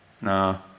no